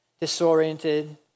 Disoriented